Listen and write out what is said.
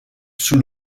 sous